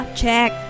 check